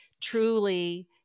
truly